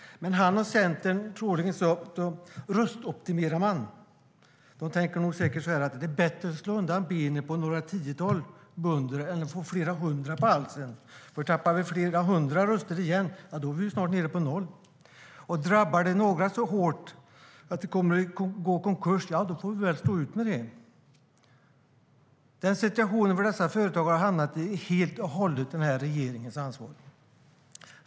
Men han och Centern satt troligen och röstoptimerade. De tänkte säkert så här: Det är bättre att slå undan benen på några tiotal bönder än att få flera hundra på halsen. Tappar vi flera hundra igen är vi snart nere på noll. Drabbar det några så hårt att de går i konkurs, ja, då får vi väl stå ut med det. Den situation dessa företagare har hamnat i är helt och hållet den här regeringens ansvar.